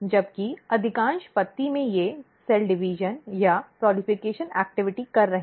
जबकि अधिकांश पत्ती में वे कोशिका विभाजन या प्रसार गतिविधि कर रहे हैं